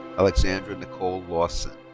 alexandra nicole lawson.